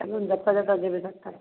एकदम जतऽ जतऽ जेबै ततऽ